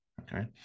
Okay